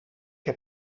heb